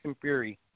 Fury